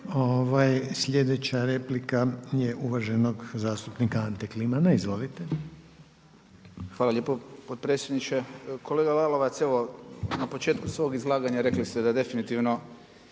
slijedeća replika je uvaženog zastupnika Antona Klimana. Izvolite. **Kliman, Anton (HDZ)** Hvala lijepo potpredsjedniče. Kolega Lalovac, evo na početku svog izlaganja rekli ste da definitivno